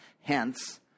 Hence